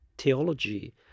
theology